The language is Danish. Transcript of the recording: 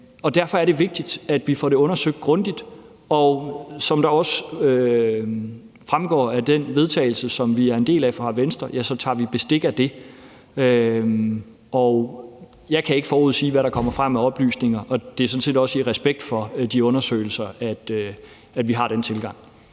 Derfor er det vigtigt, at vi får det undersøgt grundigt, og som det også fremgår af det forslag til vedtagelse, som Venstre er en del af, tager vi bestik af det. Jeg kan ikke forudsige, hvad der kommer frem af oplysninger, og det er sådan set også i respekt for de undersøgelser, at vi har den tilgang.